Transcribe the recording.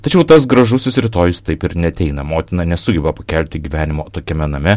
tačiau tas gražusis rytojus taip ir neateina motina nesugeba pakelti gyvenimo tokiame name